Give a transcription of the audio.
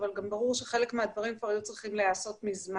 אבל גם ברור שחלק מהדברים כבר היו צריכים להיעשות מזמן.